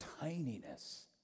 tininess